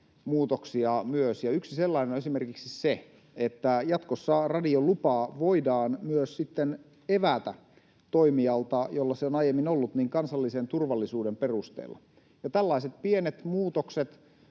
pykälämuutoksia. Yksi sellainen on esimerkiksi se, että jatkossa radiolupa voidaan myös evätä toimijalta, jolla se on aiemmin ollut, kansallisen turvallisuuden perusteella. Tällaiset pienet muutokset